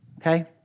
Okay